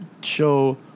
show